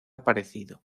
parecido